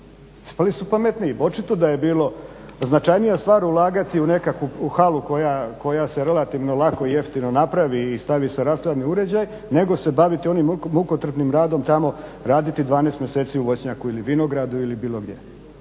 ispali su pametniji. Pa očito da je bilo značajnija stvar ulagati u nekakvu, u halu koja se relativno lako i jeftino napravi i stavi se rashladni uređaj nego se baviti onim mukotrpnim radom tamo raditi 12 mjeseci u voćnjaku, vinogradu ili bilo gdje.